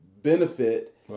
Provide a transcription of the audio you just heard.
benefit